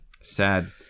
Sad